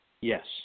Yes